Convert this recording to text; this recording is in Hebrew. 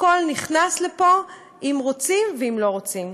הכול נכנס לפה, אם רוצים ואם לא רוצים.